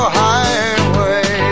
highway